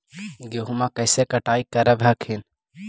गेहुमा कैसे कटाई करब हखिन?